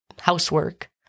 housework